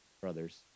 brother's